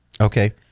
Okay